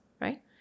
right